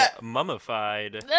mummified